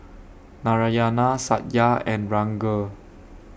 Narayana Satya and Ranga